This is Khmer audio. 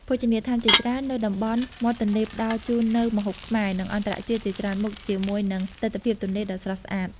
ភោជនីយដ្ឋានជាច្រើននៅតំបន់មាត់ទន្លេ ផ្តល់ជូននូវម្ហូបខ្មែរ និងអន្តរជាតិជាច្រើនមុខ ជាមួយនឹងទិដ្ឋភាពទន្លេដ៏ស្រស់ស្អាត។